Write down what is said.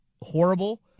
horrible